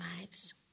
lives